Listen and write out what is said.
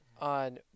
on